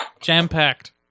Jam-packed